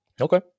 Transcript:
okay